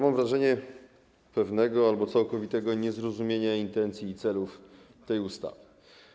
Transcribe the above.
Mam wrażenie pewnego albo całkowitego niezrozumienia intencji i celów tej ustawy.